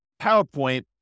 PowerPoint